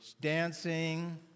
dancing